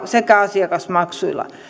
sekä asiakasmaksuilla